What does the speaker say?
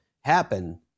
happen